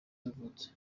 yavutse